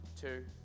two